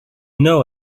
know